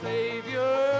Savior